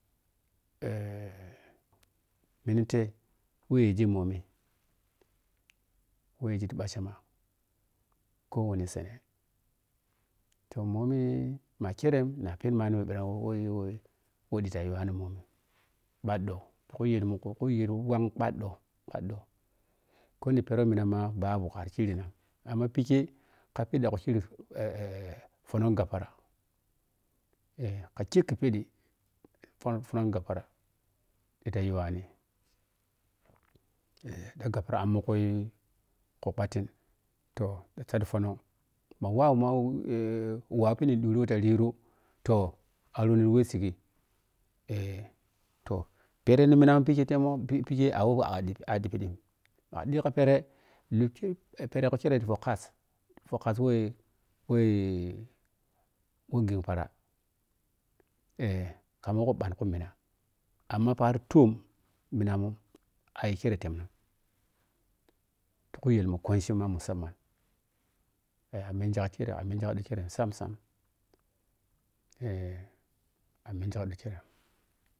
minentel wei yiii mbomi. Wei yiji ti bachama ko wani sen toh mbomi makerem na peni mani wem ɓirang woh-woh di tel yuwanim mbomim kpaddou tu khu yel mun khu yel wang paddou, piddou ko ni perou mina ma babu kari kiri nam amma pikkei kha piƌƌa kha kirib pohnok gabapara kha kekkhe peƌi poh pobnok gabpara ƌita yiyuwani ta gabpara ammikhu khu kpattin toh ta saƌƌi poh nok ma mawauwo, mau wawu pideng durung ta riru toh arono wei sighi toh pidang ma minang pikei temoye pikei amowe goi aƌƌighi pidim makha ƌing kha pere lli kei pere gho khire tipo khas, poh khas wei-wei wei jing ɓara khama wei ɓagri khu mina, amma paari toom mina mum ayiji kirrem tiyelmum-ku yela mun kwanchi ma musamman ameji kakire amenji kha ƌo kirem sam-sam amenji kha ƌo kirem.